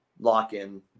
lock-in